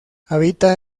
habita